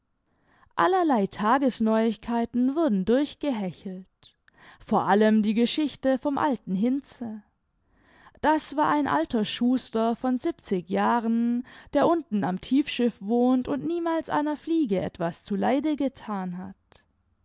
allerlei tagesneuigkeiten wurden durchgehechelt vor allem die geschichte vom alten hinze das war ein alter schuster von siebzig jahren der unten am tiefschiff wohnt und niemals einer fliege etwas zuleide getan hat